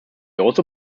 also